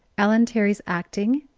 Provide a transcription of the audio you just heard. ellen terry's acting,